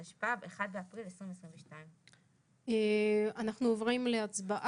התשפ"ב, 30 במרץ 2022. על סדר היום: הצעת